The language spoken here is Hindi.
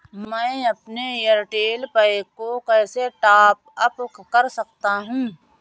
मैं अपने एयरटेल पैक को कैसे टॉप अप कर सकता हूँ?